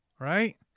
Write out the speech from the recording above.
Right